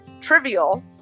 trivial